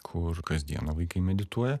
kur kasdieną vaikai medituoja